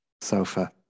sofa